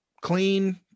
clean